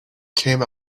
came